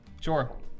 Sure